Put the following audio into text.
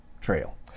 Trail